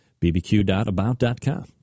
bbq.about.com